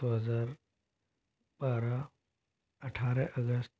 दो हजार बारह अठारह अगस्त